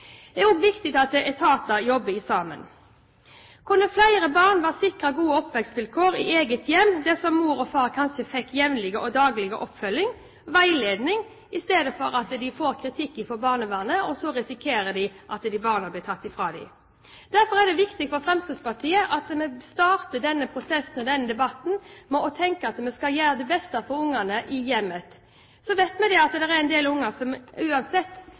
Det er også viktig at etater jobber sammen. Kunne flere barn vært sikret gode oppvekstvilkår i eget hjem dersom mor og far fikk jevnlig og daglig oppfølging, veiledning, i stedet for å få kritikk fra barnevernet og risikere at barna blir tatt fra dem? Det er viktig for Fremskrittspartiet at en starter den prosessen og den debatten med å tenke at vi skal gjøre det beste for ungene i hjemmet. Vi vet at det er en del unger som uansett